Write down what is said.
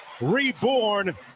reborn